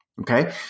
Okay